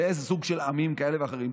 לאיזה סוג של עמים כאלה ואחרים,